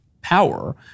power